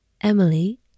Emily